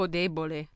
debole